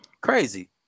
crazy